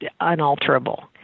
unalterable